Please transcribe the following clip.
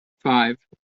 five